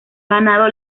ganado